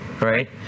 right